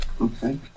Okay